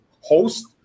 host